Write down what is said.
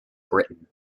britain